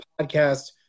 Podcast